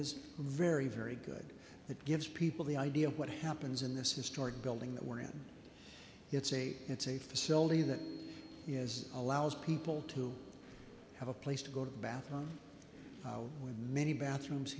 very very good that gives people the idea of what happens in this historic building that we're in it's a it's a facility that is allows people to have a place to go to the bathroom where many bathrooms